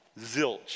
zilch